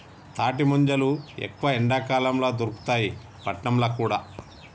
తాటి ముంజలు ఎక్కువ ఎండాకాలం ల దొరుకుతాయి పట్నంల కూడా